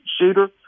shooter